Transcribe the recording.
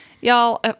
Y'all